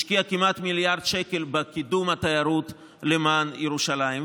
השקיע כמעט מיליארד שקלים בקידום התיירות למען ירושלים.